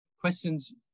questions